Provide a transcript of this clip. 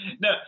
no